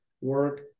work